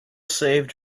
saved